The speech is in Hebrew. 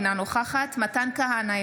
אינה נוכחת מתן כהנא,